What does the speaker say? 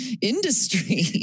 industry